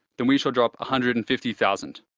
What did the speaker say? then we shall drop a hundred and fifty thousand,